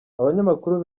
abanyamakuru